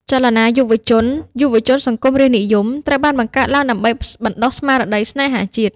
ចលនាយុវជន "យុវជនសង្គមរាស្រ្តនិយម" ត្រូវបានបង្កើតឡើងដើម្បីបណ្តុះស្មារតីស្នេហាជាតិ។